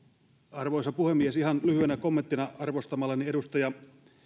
arvoisa puhemies ihan lyhyenä kommenttina arvostamalleni edustaja